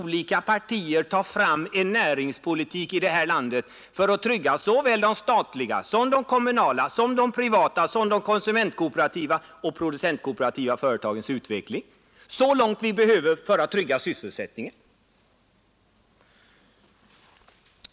Alla partier måste gemensamt skapa en näringspolitik för att trygga såväl de statliga, de kommunala, de privata som de konsumentkooperativa och de producentkooperativa företagens utveckling i den omfattning som behövs för att trygga sysselsättningen.